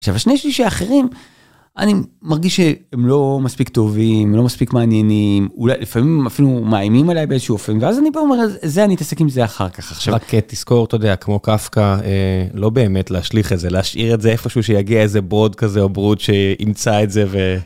עכשיו, השני שליש האחרים, אני מרגיש שהם לא מספיק טובים לא מספיק מעניינים אולי לפעמים אפילו מאיימים עליי באיזשהו אופן ואז אני אומר לזה אני אתעסק עם זה אחר כך. עכשיו רק תזכור, אתה יודע, כמו קפקא לא באמת להשליך את זה, להשאיר את זה, איפשהו שיגיע איזה ברוד כזה או ברוד שימצא את זה.